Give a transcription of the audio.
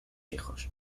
hijos